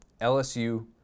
LSU